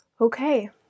okay